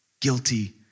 guilty